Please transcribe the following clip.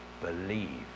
believe